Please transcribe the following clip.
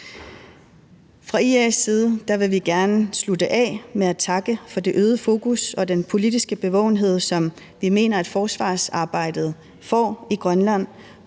Fra IA's side vil vi gerne slutte af med at takke for det øgede fokus og den politiske bevågenhed, som vi mener forsvarsarbejdet får i Grønland